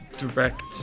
direct